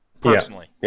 Personally